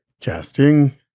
Casting